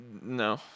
No